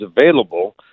available